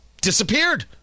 disappeared